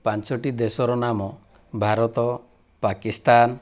ପାଞ୍ଚୋଟି ଦେଶର ନାମ ଭାରତ ପାକିସ୍ତାନ